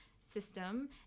system